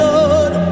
Lord